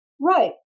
Right